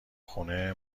خونه